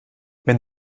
wenn